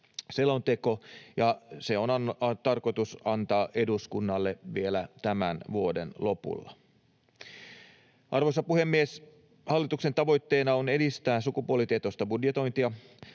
se on tarkoitus antaa eduskunnalle vielä tämän vuoden lopulla. Arvoisa puhemies! Hallituksen tavoitteena on edistää sukupuolitietoista budjetointia.